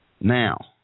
Now –